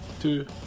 Two